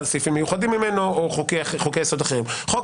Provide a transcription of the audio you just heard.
סעיפים מיוחדים ממנו או חוקי יסוד אחרים חוק